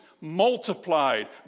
multiplied